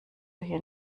hier